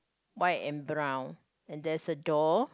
white and brown and there's a door